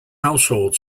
household